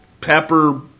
pepper